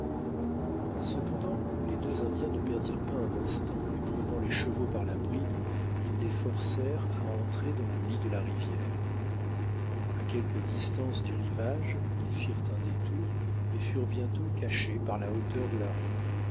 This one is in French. cependant les deux indiens ne perdirent pas un instant et prenant les chevaux par la bride ils les forcèrent à entrer dans le lit de la rivière à quelque distance du rivage ils firent un détour et furent bientôt cachés par la hauteur de la rive